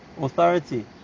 authority